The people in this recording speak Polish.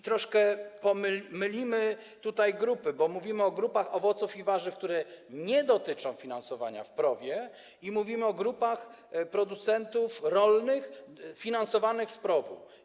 Troszkę mylimy tutaj grupy, bo mówimy o grupach owoców i warzyw, których nie dotyczy finansowanie z PROW-u, i mówimy o grupach producentów rolnych finansowanych z PROW-u.